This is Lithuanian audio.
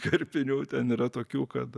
karpinių ten yra tokių kad